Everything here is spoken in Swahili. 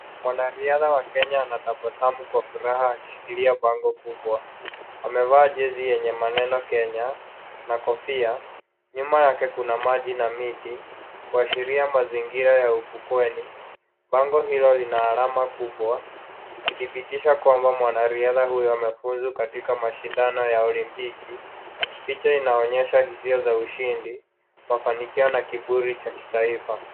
Mwanariadha wa Kenya anatabasamu kwa furaha akishikilia bango kubwa, amevaa jezi yenye maneno, Kenya, na kofia, nyuma yake kuna maji na miti, kuashiria mazingira ya ufukweni, bango hilo lina alama kubwa ikithibitisha kwamba mwanariadha huyo amefuzu katika mashindano ya olimpiki, picha inaonyesha hisia za ushindi, mafanikio na kiburi cha kitaifa.